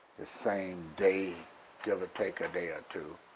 the same day give or take a day or two,